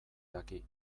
daki